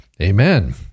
Amen